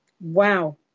Wow